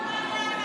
לא.